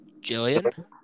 Jillian